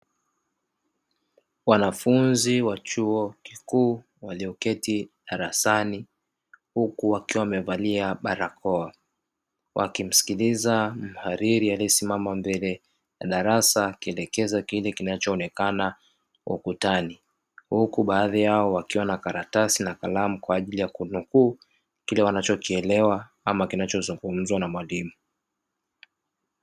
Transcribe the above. Wanafunzi wa chuo kikuu walioketi darasani, huku wakiwa wamevalia barakoa; wakimsikiliza mhariri aliyesimama mbele ya darasa akienlekeza kile kinachoonekana ukutani, huku baadhi yao wakiwa na karatasi na kalamu, kwa ajili ya kunukuu kile wanachokielewa ama kinachozungumzwa na mwalimu.